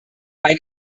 ein